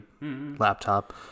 laptop